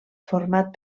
format